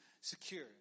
secure